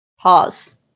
Pause